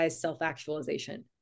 self-actualization